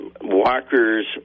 walkers